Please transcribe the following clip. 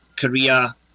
korea